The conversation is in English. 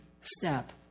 step